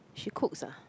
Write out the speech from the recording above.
she cooks ah